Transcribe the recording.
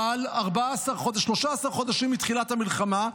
אבל 13 חודשים מתחילת המלחמה,